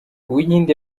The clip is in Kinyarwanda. uwinkindi